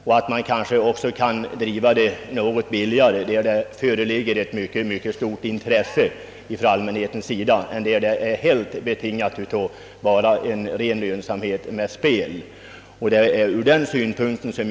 Och man kanske också kan driva verksamheten med lägre omkostnader; det finns nämligen ett mycket stort intresse för saken från allmänhetens sida att hjälpa till. Lönsamheten är inte helt betingad av stora banor.